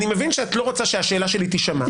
אני מבין שאת לא רוצה שהשאלה שלי תישמע.